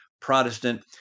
Protestant